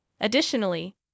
Additionally